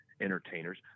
entertainers